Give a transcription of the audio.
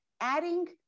adding